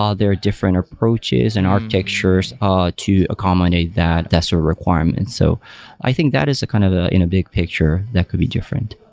are different approaches and architectures ah to accommodate that that's a requirement. so i think that is kind of the in a big picture that could be different.